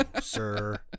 sir